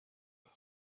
وقت